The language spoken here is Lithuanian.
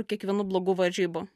kiekvienų blogų varžybų